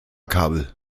kabel